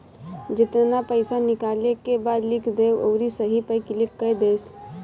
जेतना पइसा निकाले के बा लिख दअ अउरी सही पअ क्लिक कअ दअ